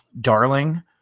darling